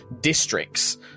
districts